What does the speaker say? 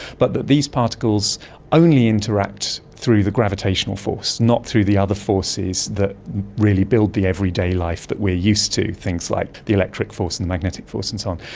but that these particles only interact through the gravitational force, not through the other forces that really build the everyday life that we are used to, things like the electric force and the magnetic force and so on.